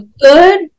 good